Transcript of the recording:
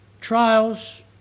trials